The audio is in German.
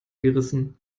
gerissen